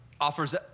offers